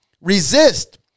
Resist